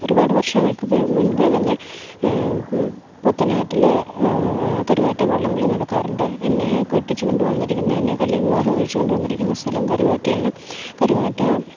ഒരുപാട് വർഷങ്ങൾക്ക് മുൻപേ തന്നെ പുത്തനാറ്റില് കരുവാറ്റ വള്ളംകളി നടക്കാറുണ്ട് എന്നെ കെട്ടിച്ചുകൊണ്ടു വന്നിരിക്കുന്നത് എന്നെ കല്യാ വിവാഹം കഴിച്ച് കൊണ്ടുവന്നിരിക്കുന്ന സ്ഥലം കരുവാറ്റയാണ് കരുവാറ്റ